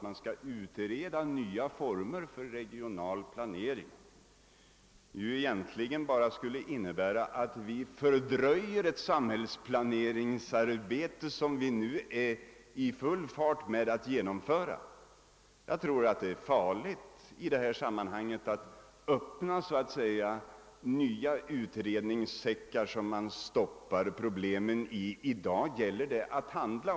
Jag får ett intryck av att detta egentligen bara skulle innebära att vi fördröjer ett samhällsplaneringsarbete som vi nu är i full färd med att genomföra. I detta sammanhang tror jag att det är farligt att så att säga öppna nya utredningssäckar, i vilka problemen stoppas. I dag gäller det att handla.